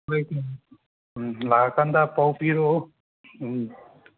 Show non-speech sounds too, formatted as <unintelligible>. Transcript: <unintelligible> ꯂꯥꯛꯑ ꯀꯥꯟꯗ ꯄꯥꯎ ꯄꯤꯔꯛꯑꯣ